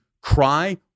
cry